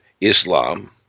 Islam